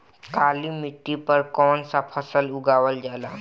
काली मिट्टी पर कौन सा फ़सल उगावल जाला?